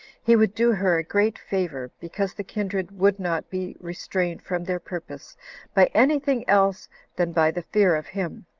he would do her a great favor, because the kindred would not be restrained from their purpose by any thing else than by the fear of him.